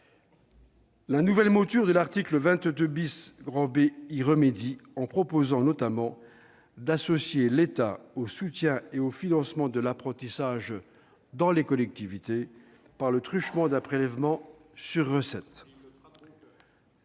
La nouvelle mouture de l'article 22 B du présent projet de loi y remédie en proposant notamment d'associer l'État au soutien et au financement de l'apprentissage dans les collectivités par le truchement d'un prélèvement sur recettes.